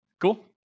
Cool